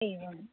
एवम्